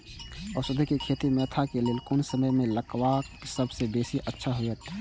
औषधि खेती मेंथा के लेल कोन समय में लगवाक सबसँ बेसी अच्छा होयत अछि?